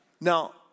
Now